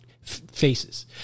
faces